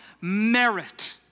merit